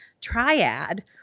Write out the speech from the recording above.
triad